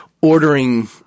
ordering